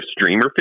streamer